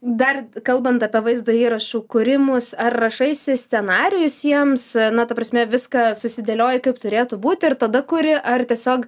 dar kalbant apie vaizdo įrašų kūrimus ar rašaisi scenarijus jiems na ta prasme viską susidėlioji kaip turėtų būti ir tada kuri ar tiesiog